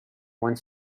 one